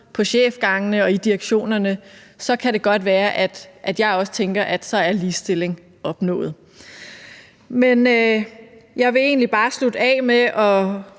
på chefgangene og i direktionerne, kan det godt være, at jeg også tænker, at så er ligestilling opnået. Men jeg vil egentlig bare slutte af med at